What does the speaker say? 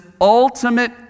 Ultimate